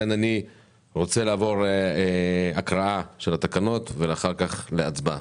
אני רוצה לעבור להקראת התקנות ואחר כך להצבעה.